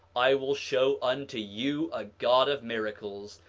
i will show unto you a god of miracles,